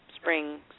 spring